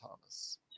Thomas